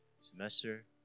semester